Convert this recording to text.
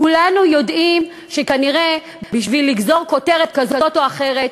כולנו יודעים שכנראה בשביל לגזור כותרת כזאת או אחרת,